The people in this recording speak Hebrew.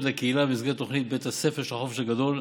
לקהילה במסגרת תוכנית בית הספר של החופש הגדול.